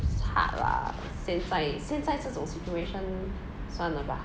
it's hard lah 现在现在这种 situation 算了吧